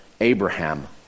Abraham